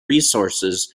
resources